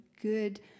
good